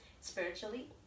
spiritually